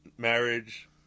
Marriage